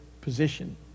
position